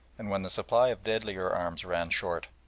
and when the supply of deadlier arms ran short,